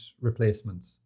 replacements